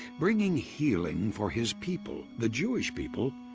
bringing healing for his people, the jewish people,